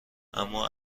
اما